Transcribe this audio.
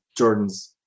Jordans